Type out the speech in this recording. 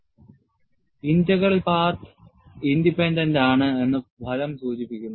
J integral path independent ആണ് എന്ന് ഫലം സൂചിപ്പിക്കുന്നു